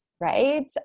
right